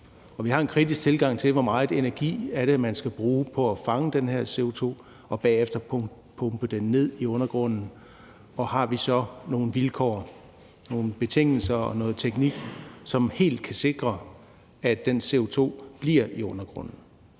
Vi har en kritisk tilgang til, hvor meget energi man skal bruge på at fange den her CO2 og bagefter pumpe den ned i undergrunden. Har vi så nogle vilkår, nogle betingelser og noget teknik, som helt kan sikre, at den CO2 bliver i undergrunden?